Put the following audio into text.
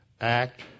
act